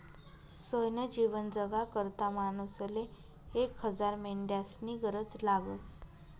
सोयनं जीवन जगाकरता मानूसले एक हजार मेंढ्यास्नी गरज लागस